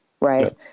Right